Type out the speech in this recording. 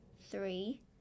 three